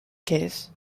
case